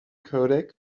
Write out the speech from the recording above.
codec